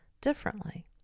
differently